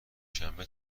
شنبه